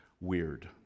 weird